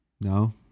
No